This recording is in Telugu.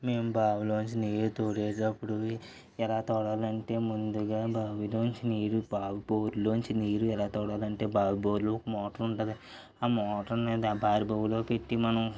మేము బావిలోంచి నీళ్ళు తోడెటప్పుడు ఎలా తోడాలి అంటే ముందుగా బావిలోంచి నీళ్ళు బావి బోరు లోంచి నీరు ఎలా తోడాలి అంటే బావి బోరులోకి ఒక మోటర్ ఉంటుంది ఆ మోటార్ అనేది ఆ బావి బోరులోకి ఎత్తి మనం